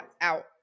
out